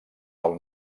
del